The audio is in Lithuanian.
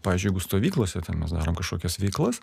pavyzdžiui jeigu stovyklose tai mes darom kažkokias veiklas